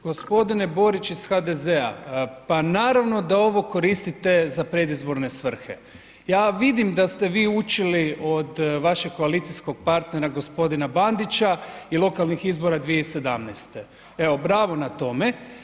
g. Borić iz HDZ-a, pa naravno da ovo koristite za predizborne svrhe, ja vidim da ste vi učili od vašeg koalicijskog partnera g. Bandića i lokalnih izbora 2017., evo bravo na tome.